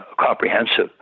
comprehensive